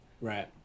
right